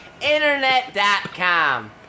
internet.com